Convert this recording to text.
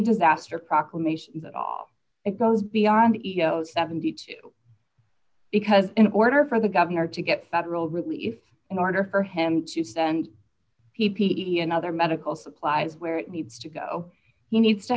disaster proclamation that all goes beyond egos seventy two because in order for the governor to get federal relief in order for him to send p p and other medical supplies where it needs to go he needs to